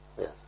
yes